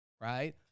right